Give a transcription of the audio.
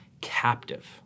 captive